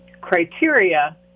criteria